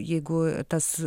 jeigu tas